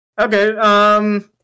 Okay